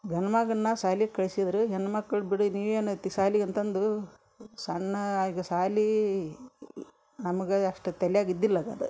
ಗಂಡ್ಮಗನ್ನ ಸಾಲಿಗೆ ಕಳ್ಸಿದ್ರೆ ಹೆಣ್ಮಕ್ಳು ಬಿಡಿ ನೀವು ಏನು ಓತಿ ಸಾಲಿಗೆ ಅಂತಂದು ಸಣ್ಣ ಹಾಗೆ ಶಾಲೆ ನಮ್ಗೆ ಅಷ್ಟು ತೆಲ್ಯಾಗೆ ಇದ್ದಿಲ್ಲದ ಅದು